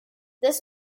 this